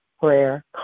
Prayer